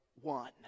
one